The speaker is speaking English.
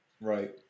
Right